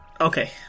Okay